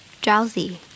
Drowsy